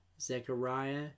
Zechariah